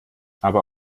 aber